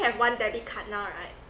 have one debit card now right